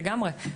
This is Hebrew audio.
לגמרי.